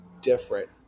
different